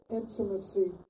intimacy